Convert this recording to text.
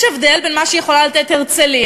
יש הבדל בין מה שיכולה לתת הרצלייה